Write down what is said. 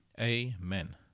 Amen